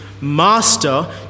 Master